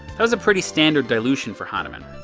that was a pretty standard dilution for hahnemann.